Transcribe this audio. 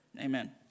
Amen